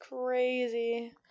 crazy